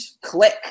click